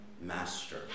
Master